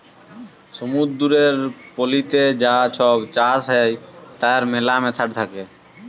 সমুদ্দুরের পলিতে যা ছব চাষ হ্যয় তার ম্যালা ম্যাথড থ্যাকে